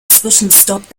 zwischenstopp